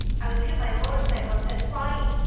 i was hit by a motorcycle and sent flying.